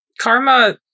karma